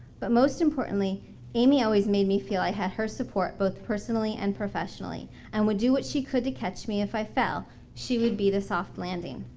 but most importantly amy always made me feel i had her support both personally personally and professionally and would do what she could to catch me if i fell she would be the soft landing.